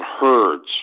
herds